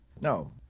no